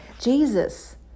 Jesus